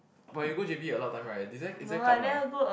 but you go j_b a lot of time right is there is there club or not